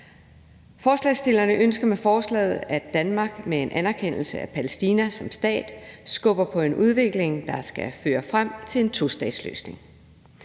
Forslagsstillerne ønsker med forslaget, at Danmark med en anerkendelse af Palæstina som stat skubber på en udvikling, der skal føre frem til en tostatsløsning.